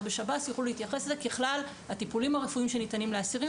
בשב"ס והם יוכלו להתייחס לזה הטיפולים הרפואיים שניתנים לאסירים